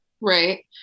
Right